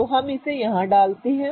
तो हम इसे यहाँ डालते हैं